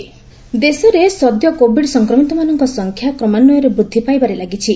covid status ଦେଶରେ ସଦ୍ୟ covid ସଂକ୍ରମିତମାନଙ୍କ ସଂଖ୍ୟା କ୍ରମାନ୍ୱୟରେ ବୃଦ୍ଧି ପାଇବାରେ ଲାଗିଛି